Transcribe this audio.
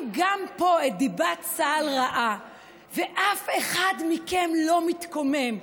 גם פה את דיבת צה"ל רעה ואף אחד מכם לא מתקומם,